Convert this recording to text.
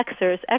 Xers